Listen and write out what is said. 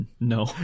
No